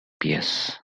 pies